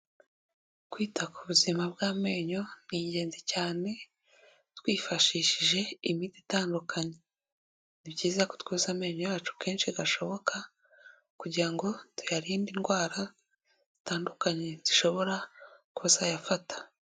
Kwita ku buzima bw'amenyo ni ingenzi cyane twifashishije imiti itandukanye, ni byiza ko twoza amenyo yacu kenshi gashoboka kugira ngo tuyarinde indwara zitandukanye zishobora kuzayafata.